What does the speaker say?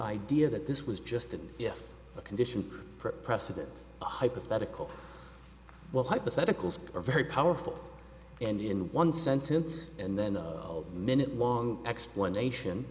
idea that this was just an if a condition precedent hypothetical well hypotheticals are very powerful and in one sentence and then the minute long explanation